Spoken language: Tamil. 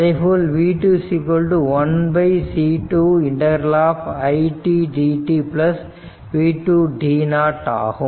அதேபோல் v2 1C2 ∫ it dt v2 t0 ஆகும்